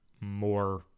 more